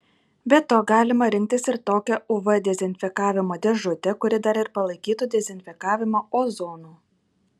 be to galima rinktis ir tokią uv dezinfekavimo dėžutę kuri dar ir palaikytų dezinfekavimą ozonu